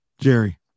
Jerry